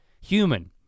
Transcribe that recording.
human